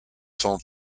cent